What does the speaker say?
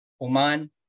Oman